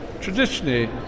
traditionally